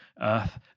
earth